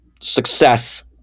success